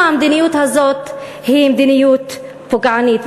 המדיניות הזאת היא מדיניות פוגענית.